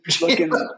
looking